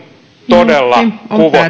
todella kuvottavaa